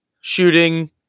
shooting